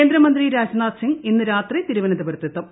കേന്ദ്രമന്ത്രി രാജ്നാഥ് സിംഗ് ഇന്ന് രാത്രി തിരുവനന്തപുരത്ത് എത്തും